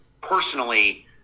personally